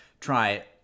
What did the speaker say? try